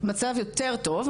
המצב יותר טוב,